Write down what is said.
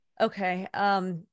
Okay